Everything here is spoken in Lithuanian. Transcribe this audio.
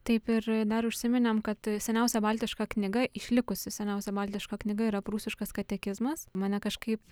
taip ir dar užsiminėm kad seniausia baltiška knyga išlikusi seniausia baltiška knyga yra prūsiškas katekizmas mane kažkaip